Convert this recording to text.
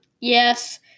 Yes